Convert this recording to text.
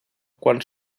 quan